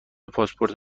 پاسپورت